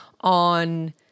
on